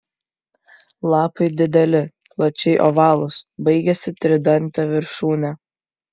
lapai dideli plačiai ovalūs baigiasi tridante viršūne